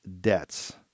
debts